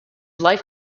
life